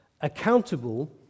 accountable